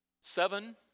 seven